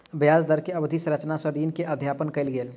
ब्याज दर के अवधि संरचना सॅ ऋण के अध्ययन कयल गेल